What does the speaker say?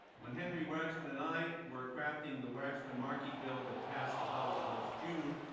when henry waxman and i were crafting the waxman-markey bill that passed the house last june,